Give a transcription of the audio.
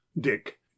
dick